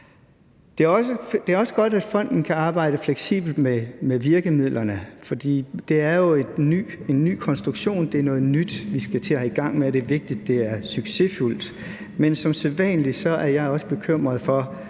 Det er også godt, at fonden kan arbejde fleksibelt med virkemidlerne. For det er jo en ny konstruktion. Det er noget nyt, vi skal til at i gang med, og det er vigtigt, at det er succesfuldt. Men som sædvanlig er jeg også bekymret for,